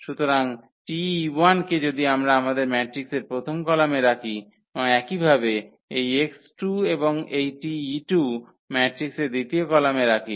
সুতরাং 𝑇 কে যদি আমরা আমাদের ম্যাট্রিক্সের প্রথম কলামে রাখি এবং একইভাবে এই x2 এবং এই T ম্যাট্রিক্সের দ্বিতীয় কলামে রাখি